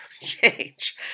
change